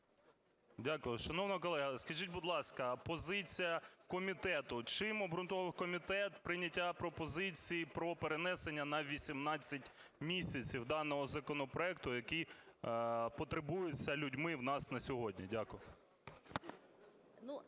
Дякую. Шановна колега, скажіть, будь ласка, позиція комітету, чим обґрунтовував комітет прийняття пропозиції про перенесення на 18 місяців даного законопроекту, який потребується людьми в нас на сьогодні? Дякую.